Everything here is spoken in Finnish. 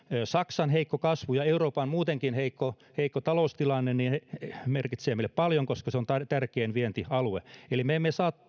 saksan heikko kasvu ja euroopan muutenkin heikko heikko taloustilanne merkitsevät meille paljon koska se on tärkein vientialue eli me emme saa